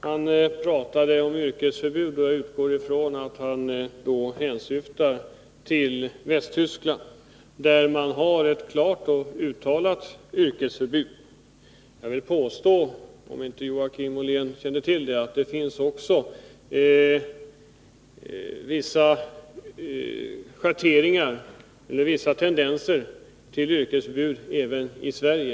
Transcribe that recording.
Han pratade om yrkesförbud, och jag utgår ifrån att han då hänsyftade till Västtyskland, där man har ett klart och uttalat yrkesförbud. Jag vill påstå, om inte Joakim Ollén kände till det, att det också finns vissa tendenser till yrkesförbud i Sverige.